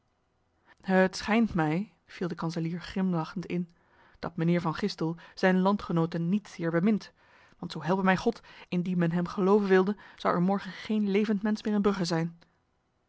het schijnt mij viel de kanselier grimlachend in dat mijnheer van gistel zijn landgenoten niet zeer bemint want zo helpe mij god indien men hem geloven wilde zou er morgen geen levend mens meer in brugge zijn